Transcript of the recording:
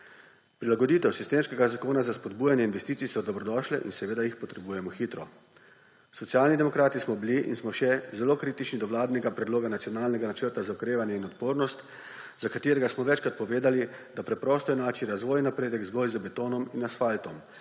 Prilagoditve sistemskega zakona za spodbujanje investicij so dobrodošle in seveda jih potrebujemo hitro. Socialni demokrati smo bili in smo še zelo kritični do vladnega predloga Nacionalnega načrta za okrevanje in odpornost, za katerega smo večkrat povedali, da preprosto enači razvoj in napredek zgolj z betonom in asfaltom